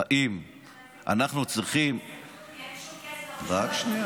אם אנחנו צריכים ------ אנחנו מדברים,